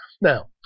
Now